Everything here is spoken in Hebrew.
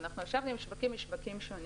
אנחנו ישבנו עם שווקים משווקים שונים